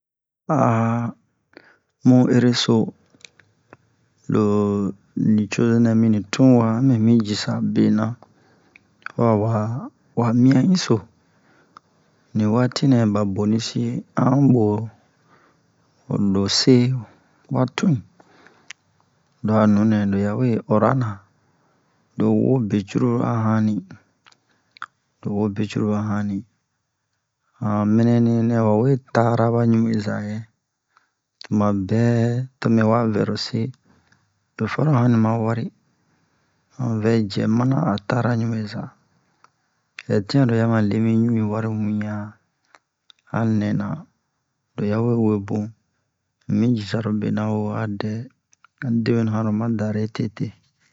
mu ereso lo nisozo nɛ mini tun wa a mɛ mi jisa bena ho a wa miyan'inso ni waati nɛ ba boni si an bo lo se wa tun'i lo a nunɛ lo yawe ora na lo wo be cururu a hani lo wo be cururu a hani han mɛnɛni nɛ wa we tara ba ɲubeza yɛ tumabɛ to mɛ wa vɛro se lo faro hani ma wari an vɛ jɛ mana an a tara ɲubeza hɛtian lo ya ma le mi ɲu'i wari wiyan a nɛna lo ya we webun un mi jisa lo bena wo a dɛ ani debenu hanro ma dare tete